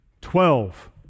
Twelve